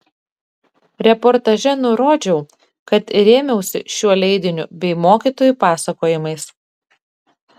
reportaže nurodžiau kad rėmiausi šiuo leidiniu bei mokytojų pasakojimais